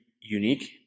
unique